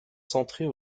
centrée